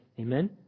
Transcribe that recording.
Amen